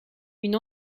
une